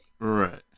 Right